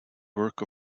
work